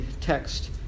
text